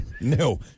No